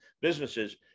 businesses